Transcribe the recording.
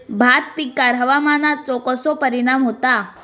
भात पिकांर हवामानाचो कसो परिणाम होता?